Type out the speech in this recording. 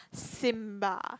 Simba